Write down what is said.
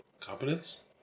Competence